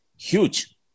huge